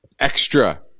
Extra